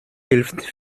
hilft